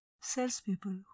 salespeople